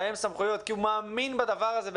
בהן סמכויות, כי הוא מאמין בדבר הזה באמת,